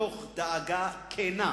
דאגה כנה